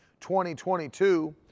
2022